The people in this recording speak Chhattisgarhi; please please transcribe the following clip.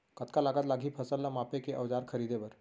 कतका लागत लागही फसल ला मापे के औज़ार खरीदे बर?